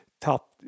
top